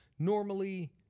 Normally